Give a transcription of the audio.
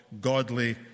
godly